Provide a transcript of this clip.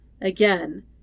Again